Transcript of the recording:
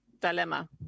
dilemma